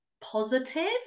positive